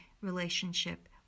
relationship